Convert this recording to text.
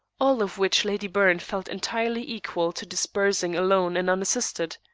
all of which lady byrne felt entirely equal to disbursing alone and unassisted.